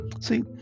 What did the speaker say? See